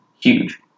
huge